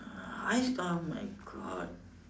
eyes oh my God